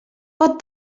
pot